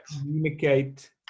communicate